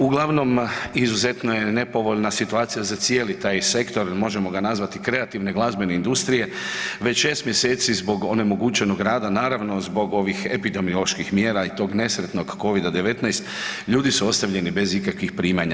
Uglavnom izuzetno je nepovoljna situacija za cijeli taj sektor možemo ga nazvati kreativne glazbene industrije, već 6 mjeseci zbog onemogućenog rada naravno zbog ovih epidemioloških mjera i tog nesretnog Covida-19 ljudi su ostavljeni bez ikakvih primanja.